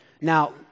Now